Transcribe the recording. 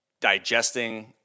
digesting